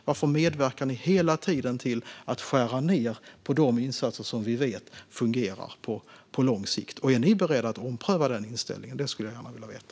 Varför medverkar ni hela tiden till att skära ned på de insatser som vi vet fungerar på lång sikt? Är ni beredda att ompröva den inställningen? Det skulle jag gärna vilja veta.